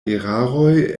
eraroj